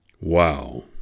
Wow